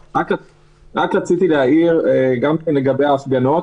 רציתי להעיר גם כן לגבי ההפגנות.